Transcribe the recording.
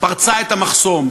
פרצה את המחסום,